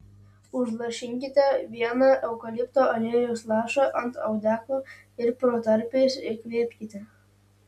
užlašinkite vieną eukalipto aliejaus lašą ant audeklo ir protarpiais įkvėpkite